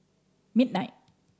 midnight